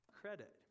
credit